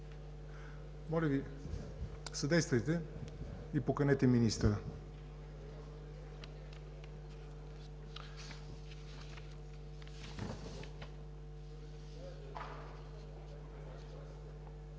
Моля Ви, съдействайте и поканете министъра!